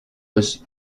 was